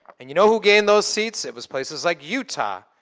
and you know who gained those seats? it was places like utah,